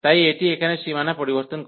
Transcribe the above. তাই এটি এখানে সীমানা পরিবর্তন করে